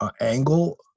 angle